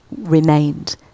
remained